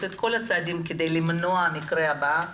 את כל הצעדים כדי למנוע את המקרה הבא,